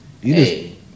hey